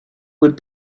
would